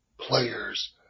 players